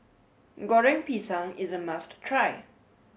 Goreng Pisang is a must try